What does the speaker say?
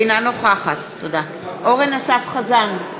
אינה נוכחת אורן אסף חזן,